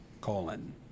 colon